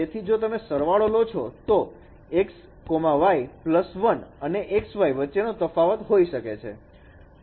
તેથી જો તમે સરવાળો લો છો તો xy1 અને xy વચ્ચેનો તફાવત હોઈ શકે